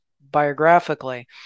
biographically